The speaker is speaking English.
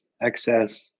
excess